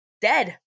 dead